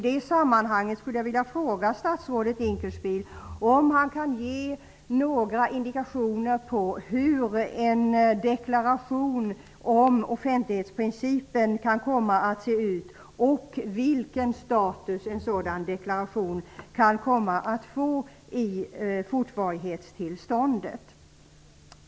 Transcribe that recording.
Dinkelspiel om han kan ge några indikationer på hur en deklaration om offentlighetsprincipen kan komma att se ut och vilken status en sådan deklaration kan få i fortvarighetstillståndet.